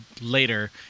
later